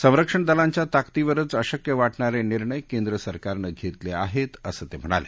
संरक्षण दलांच्या ताकदीवरच अशक्य वाटणारे निर्णय केंद्र सरकारनं घेतले आहेत असं ते म्हणाले